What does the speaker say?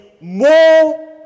more